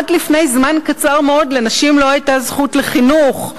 עד לפני זמן קצר מאוד לנשים לא היתה זכות לחינוך,